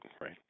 right